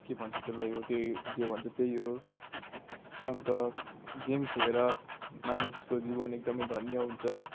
के भन्छ त्यसलाई हो त्यही जे भन्छ त्यही हो अन्त गेम खेलेर मानिसको जीवन एकदमै धन्य हुन्छ